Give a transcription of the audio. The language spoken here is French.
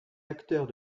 acteurs